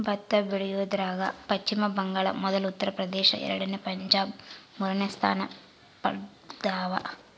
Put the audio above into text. ಭತ್ತ ಬೆಳಿಯೋದ್ರಾಗ ಪಚ್ಚಿಮ ಬಂಗಾಳ ಮೊದಲ ಉತ್ತರ ಪ್ರದೇಶ ಎರಡನೇ ಪಂಜಾಬ್ ಮೂರನೇ ಸ್ಥಾನ ಪಡ್ದವ